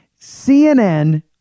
CNN